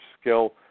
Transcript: skill